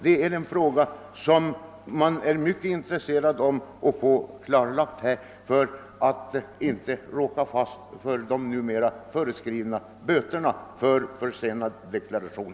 Detta är en sak som man här är myc ket intresserad av att få klarlagd för att inte behöva råka ut för de numera föreskrivna böterna för försenad deklaration.